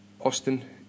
Austin